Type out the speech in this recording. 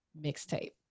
mixtape